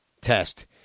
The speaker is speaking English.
test